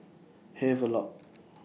Havelock